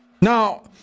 Now